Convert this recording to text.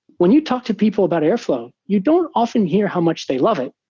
when you talk to people about airflow, you don't often hear how much they love it.